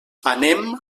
anem